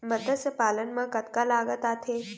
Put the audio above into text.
मतस्य पालन मा कतका लागत आथे?